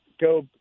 go